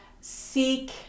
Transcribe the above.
seek